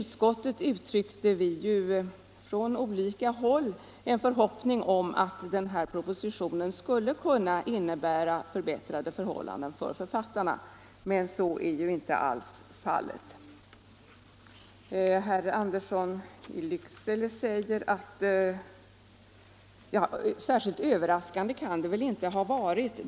Där uttryckte vi från olika håll en förhoppning om att den här propositionen skulle kunna innebära förbättrade förhållanden för författarna, men så är inte alls fallet. Särskilt överraskande kan inte vårt handlande ha varit.